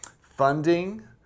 funding